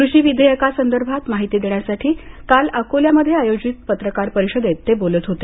कृषी विधेयका संदर्भात माहिती देण्यासाठी काल अकोल्यात आयोजित पत्रकार परिषदेत ते बोलत होते